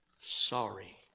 sorry